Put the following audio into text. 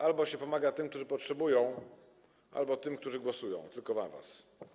Albo się pomaga tym, którzy potrzebują, albo tym, którzy głosują tylko na was.